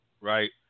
right